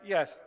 Yes